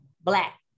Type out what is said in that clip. Black